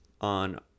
on